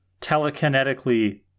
telekinetically